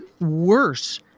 worse—